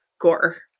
gore